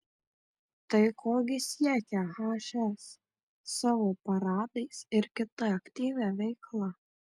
tai ko gi siekia hs savo paradais ir kita aktyvia veikla